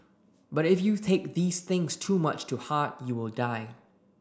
but if you take these things too much to heart you will die